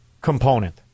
component